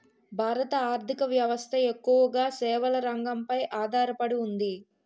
భారత ఆర్ధిక వ్యవస్థ ఎక్కువగా సేవల రంగంపై ఆధార పడి ఉంది